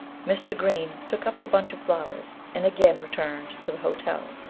mr. green took up the bunch of flowers, and again returned to the hotel.